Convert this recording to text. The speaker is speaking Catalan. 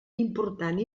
important